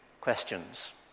questions